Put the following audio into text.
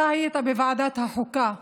אתה היית בוועדת החוקה והתנגדת,